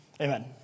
amen